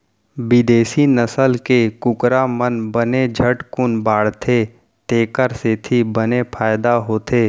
बिदेसी नसल के कुकरा मन बने झटकुन बाढ़थें तेकर सेती बने फायदा होथे